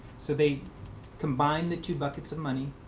so they combined the two buckets of money.